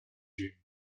ziemi